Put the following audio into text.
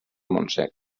montsec